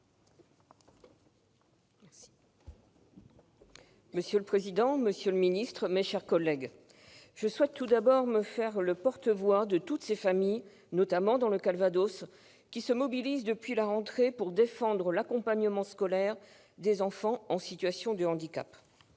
Monsieur le président, monsieur le secrétaire d'État, mes chers collègues, je souhaite tout d'abord me faire le porte-voix de toutes ces familles, notamment dans le Calvados, qui se mobilisent depuis la rentrée pour défendre l'accompagnement scolaire des enfants en situation de handicap.